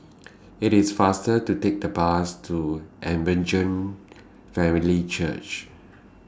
IT IS faster to Take The Bus to Evangel Family Church